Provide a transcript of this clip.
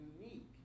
unique